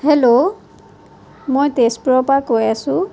hello মই তেজপুৰৰ পৰা কৈ আছোঁ